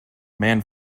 man